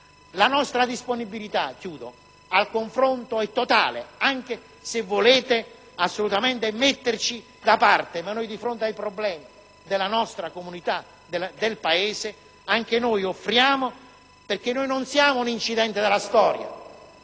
La nostra disponibilità al confronto è totale anche se volete assolutamente metterci da parte. Noi, però, di fronte ai problemi della nostra comunità, del Paese, offriamo il nostro contributo, perché noi non siamo un incidente della storia.